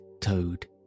Toad